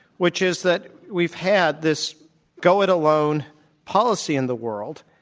which is that we've had this go-it-alone policy in the world,